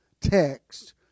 text